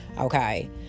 okay